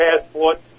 passport